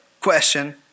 question